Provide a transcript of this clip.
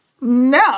No